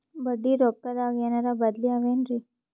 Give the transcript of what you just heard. ಬಡ್ಡಿ ರೊಕ್ಕದಾಗೇನರ ಬದ್ಲೀ ಅವೇನ್ರಿ?